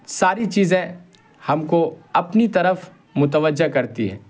ساری چیزیں ہم کو اپنی طرف متوجہ کرتی ہے